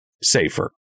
safer